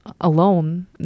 alone